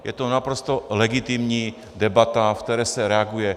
Je to naprosto legitimní debata, ve které se reaguje.